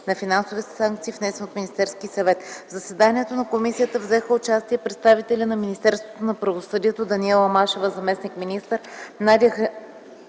на финансови санкции, внесен от Министерски съвет. В заседанието на комисията взеха участие представители на Министерството на правосъдието: Даниела Машева - заместник-министър,